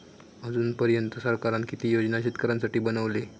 अजून पर्यंत सरकारान किती योजना शेतकऱ्यांसाठी बनवले?